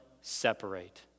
separate